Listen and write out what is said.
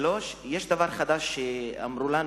שלישית, יש דבר חדש שאמרו לנו.